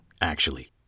actually